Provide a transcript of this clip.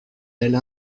elle